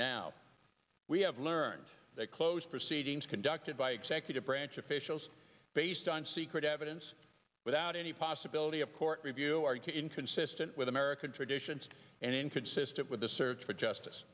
now we have learned that closed proceedings conducted by executive branch officials based on secret evidence without any possibility of court review are inconsistent with american traditions and inconsistent with the search for justice